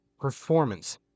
performance